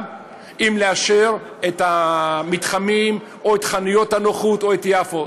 אם לאשר את המתחמים או את חנויות הנוחות או את יפו.